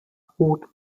rot